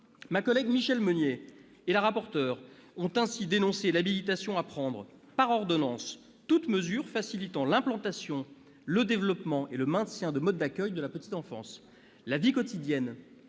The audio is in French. Ma collègue Michelle Meunier et la rapporteur ont ainsi dénoncé l'habilitation à prendre par ordonnance toute mesure facilitant l'implantation, le développement et le maintien de modes d'accueil de la petite enfance. La vie quotidienne